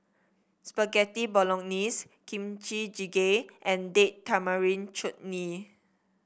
Spaghetti Bolognese Kimchi Jjigae and Date Tamarind Chutney